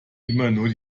immer